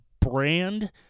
brand